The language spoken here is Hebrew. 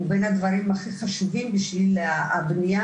הוא בין הדברים הכי חשובים בשביל הבנייה